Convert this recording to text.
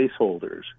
placeholders